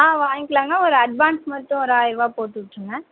ஆ வாங்கிக்கலாங்க ஒரு அட்வான்ஸ் மட்டும் ஒரு ஆயிர ரூபா போட்டு விட்டுருங்க